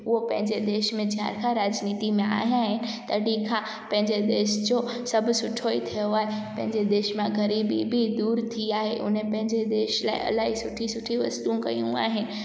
उहो पंहिंजे देश में जॾहिं खां राजनीति में आया आहिनि तॾहिं खां पंहिंजे देश जो सभु सुठो ई थियो आहे पंहिंजे देश मां ग़रीबी बि दूरि थी आहे हुन पंहिंजे देश लाइ इलाही सुठी सुठी वस्तु कयूं आहिनि